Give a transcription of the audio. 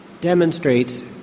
demonstrates